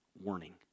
warning